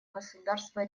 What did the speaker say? государства